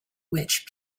which